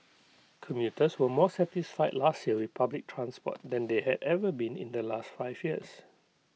commuters were more satisfied last year with public transport than they had ever been in the last five years